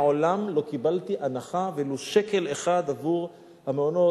מעולם לא קיבלתי הנחה ולו שקל אחד עבור המעונות.